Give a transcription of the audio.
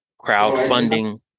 crowdfunding